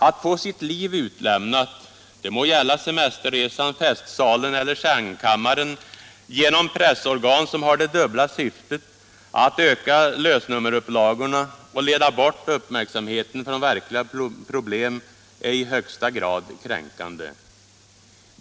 Att få sitt liv utlämnat — det må gälla semesterresan, festsalen eller sängkammaren — genom pressorgan som har det dubbla syftet att öka lösnummerupplagorna och leda bort uppmärksamheten från verkliga problem är i högsta grad kränkande.